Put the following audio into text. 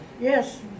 Yes